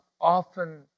often